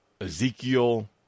Ezekiel